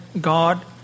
God